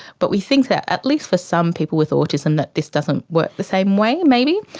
but we think that at least for some people with autism that this doesn't work the same way maybe,